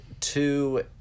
two